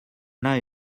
now